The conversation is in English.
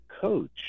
coach